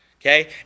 okay